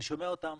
אני שומע אותם